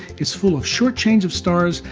it's full of short chains of stars,